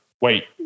wait